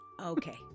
Okay